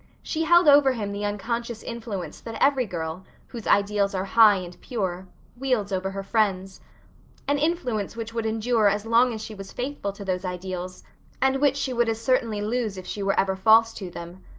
she held over him the unconscious influence that every girl, whose ideals are high and pure, wields over her friends an influence which would endure as long as she was faithful to those ideals and which she would as certainly lose if she were ever false to them.